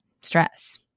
stress